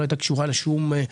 לא הייתה קשורה לשום דבר,